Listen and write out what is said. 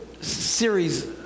series